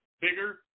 bigger